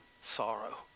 sorrow